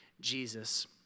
Jesus